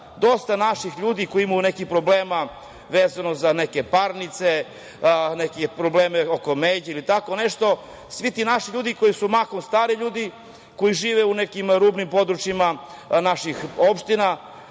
dosta naših ljudi koji imaju problema vezano za neke parnice, oko međe ili tako nešto, svi ti naši ljudi koji su mahom stari ljudi, koji žive u nekim rubnim područjima naših opština,